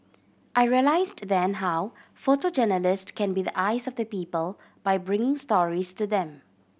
I realised then how photojournalist can be the eyes of the people by bringing stories to them